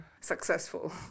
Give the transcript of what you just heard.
successful